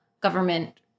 government